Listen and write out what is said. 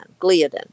gliadin